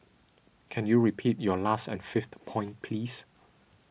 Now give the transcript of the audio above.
can you repeat your last and fifth point please